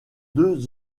deux